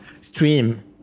stream